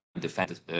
defend